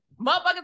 motherfuckers